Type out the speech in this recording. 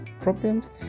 problems